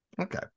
okay